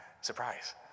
surprise